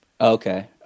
Okay